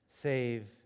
Save